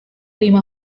lima